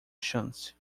chance